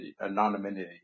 anonymity